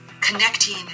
connecting